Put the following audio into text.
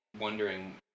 wondering